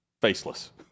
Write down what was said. faceless